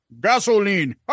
gasoline